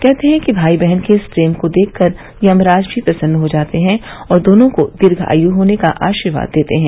कहतें हैं कि भाई बहन के इस प्रेम को देख कर यमराज भी प्रसन्न हो जाते हैं और दोनों को दीर्घाय् होने का आशीर्वाद देते हैं